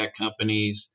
companies